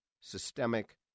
systemic